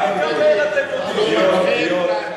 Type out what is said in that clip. חובתכם לכינרת.